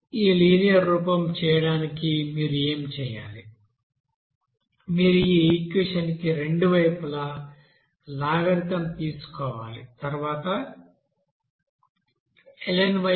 ఈ లినియర్ రూపం చేయడానికి మీరు ఏమి చేయాలి మీరు ఈ ఈక్వెషన్ కి రెండు వైపులా లాగరిథమ్ తీసుకోవాలి తర్వాత lny blnxln a